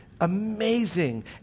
amazing